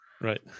Right